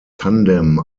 tandem